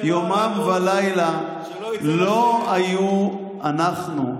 יומם ולילה לא היו אנחנו.